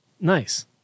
Nice